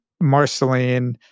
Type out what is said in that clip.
Marceline